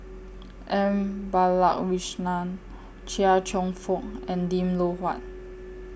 M Balakrishnan Chia Cheong Fook and Lim Loh Huat